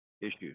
issues